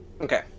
Okay